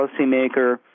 policymaker